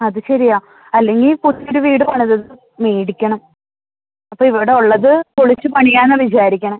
അത് ശരിയാണ് അല്ലെങ്കിൽ പുതിയ ഒരു വീട് പണിതത് മേടിക്കണം അപ്പോൾ ഇവിടെ ഉള്ളത് പൊളിച്ച് പണിയാം എന്നാണ് വിചാരിക്കുന്നത്